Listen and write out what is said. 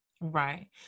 Right